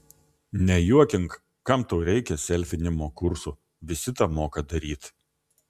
nejuokink kam tau reikia selfinimo kursų visi tą moka daryt